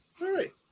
Right